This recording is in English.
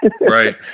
right